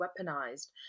weaponized